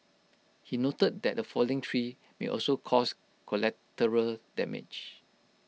he noted that A falling tree may also cause collateral damage